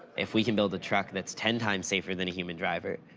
if we can build a truck that's ten times safer than a human driver,